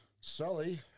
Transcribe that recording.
Sully